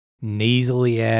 nasally